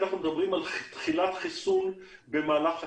אנחנו מדברים על תחילת חיסון במהלך הקיץ.